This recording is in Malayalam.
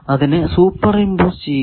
അതിനെ സൂപ്പർ ഇമ്പോസ് ചെയ്യുക